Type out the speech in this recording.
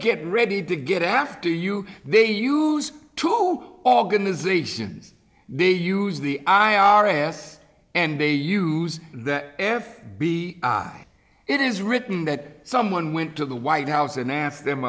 get ready to get after you they use to go organizations they use the i r s and they use the f b i it is written that someone went to the white house and asked them